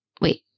Wait